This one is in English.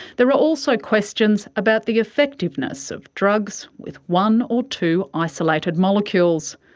there are also questions about the effectiveness of drugs with one or two isolated molecules.